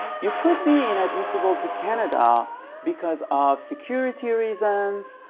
you could be inadmissible to canada because of security reasons,